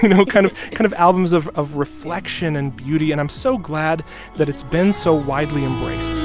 you know, kind of kind of albums of of reflection and beauty. and i'm so glad that it's been so widely embraced